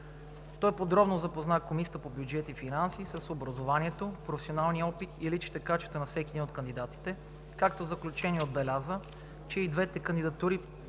Той подробно запозна Комисията по бюджет и финанси с образованието, професионалния опит и лични качества на всеки един от кандидатите, като в заключение отбеляза, че и двете кандидатури